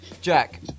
Jack